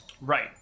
right